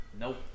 Nope